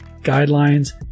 guidelines